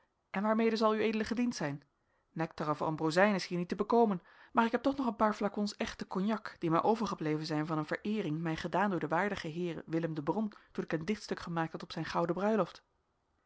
en waarmede zal ued gediend zijn nectar of ambrozijn is hier niet te bekomen maar ik heb toch nog een paar flacons echten cognac die mij overgebleven zijn van een vereering mij gedaan door den waardigen heere willem de bron toen ik een dichtstuk gemaakt had op zijn gouden bruiloft